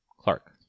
Clark